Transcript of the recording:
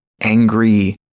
angry